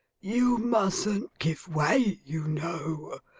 you mustn't give way, you know.